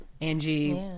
Angie